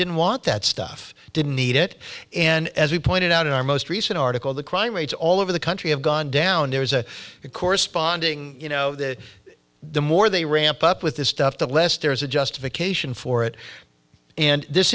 didn't want that stuff didn't need it and as you pointed out in our most recent article the crime rates all over the country have gone down there is a corresponding you know the more they ramp up with this stuff the less there is a justification for it and this